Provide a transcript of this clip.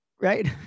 right